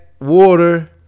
water